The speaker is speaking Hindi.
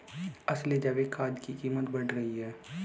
असली जैविक खाद की कीमत बढ़ रही है